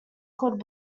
called